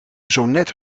zonet